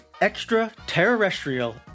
extra-terrestrial